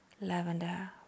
lavender